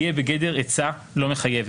תהיה בגדר עצה לא מחייבת.